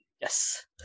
Yes